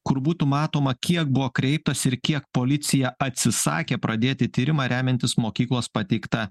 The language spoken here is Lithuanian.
kur būtų matoma kiek buvo kreiptasi ir kiek policija atsisakė pradėti tyrimą remiantis mokyklos pateikta